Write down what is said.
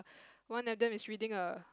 one of them is reading a